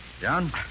John